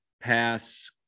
pass